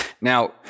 Now